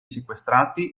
sequestrati